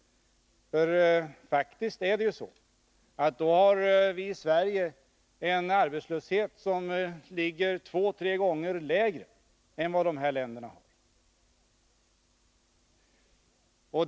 Faktiskt är det ju så att arbetslösheten i Sverige ligger två å tre gånger lägre än vad den gör i jämförbara länder.